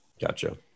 Gotcha